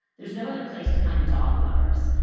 there's no other place to find dog lovers.